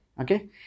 Okay